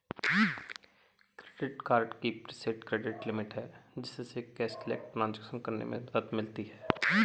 credit card की preset credit limit है, जिससे कैशलेस ट्रांज़ैक्शन करने में मदद मिलती है